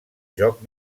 joc